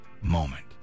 moment